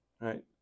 right